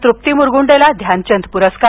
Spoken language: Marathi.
तृप्ती मुरगुंडेला ध्यानचंद पुरस्कार